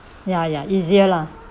ya ya easier lah